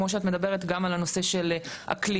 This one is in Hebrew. כמו שאת מדברת גם עם הנושא של אקלים.